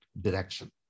direction